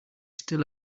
still